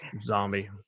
zombie